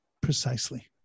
precisely